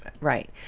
Right